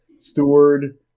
steward